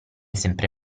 sempre